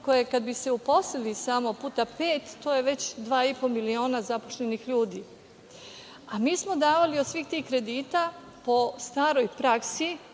koje kada bi se uposlili samo puta pet, to je već dva i po miliona zaposlenih ljudi, a mi smo davali od svih tih kredita, po staroj praksi